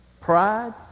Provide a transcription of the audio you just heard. pride